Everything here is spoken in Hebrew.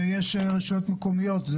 ויש רשויות מקומיות,